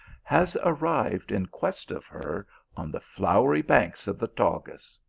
has arrived in quest of her on the flowery banks of the tagus.